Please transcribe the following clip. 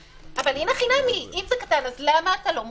אבל אם זה מספר קטן אז למה אתה לא מוכן?